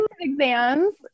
exams